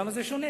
למה זה שונה.